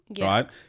right